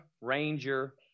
ranger